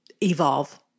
evolve